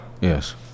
Yes